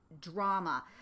drama